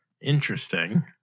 Interesting